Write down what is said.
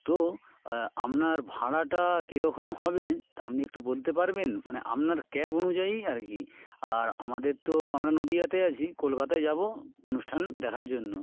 তো আপনার ভাড়াটা কী রকম হবে আপনি একটু বলতে পারবেন মানে আপনার ক্যাব অনুযায়ী আর কি আর আমাদের তো আমরা নদিয়াতে আছি কলকাতায় যাব অনুষ্ঠান দেখার জন্য